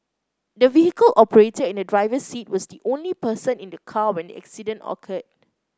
the vehicle operator in the driver's seat was the only person in the car when the accident occurred